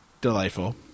delightful